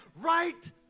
right